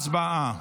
הצבעה.